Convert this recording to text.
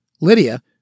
Lydia